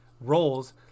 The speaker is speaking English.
roles